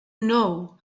know